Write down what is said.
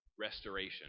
restoration